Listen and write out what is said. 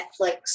netflix